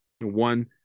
One